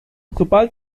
sobald